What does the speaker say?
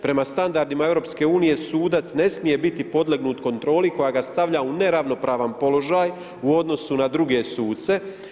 Prema standardima EU sudac ne smije biti podlegnut kontroli koja ga stavlja u neravnopravan položaj u odnosu na druge suce.